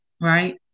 Right